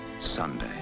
Sunday